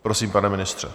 Prosím, pane ministře.